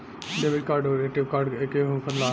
Debit card आउर ATM card एके होखेला?